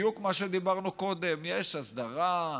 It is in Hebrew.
בדיוק מה שדיברנו קודם: יש הסדרה,